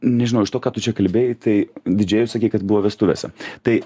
nežinau iš to ką tu čia kalbėjai tai didžėjus sakei kad buvo vestuvėse tai